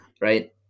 right